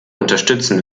unterstützen